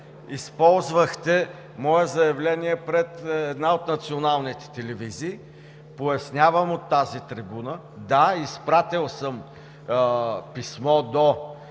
използвахте мое заявление пред една от националните телевизии, пояснявам от тази трибуна – да, изпратил съм писмо до